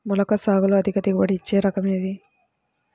మొలకల సాగులో అధిక దిగుబడి ఇచ్చే రకం ఏది?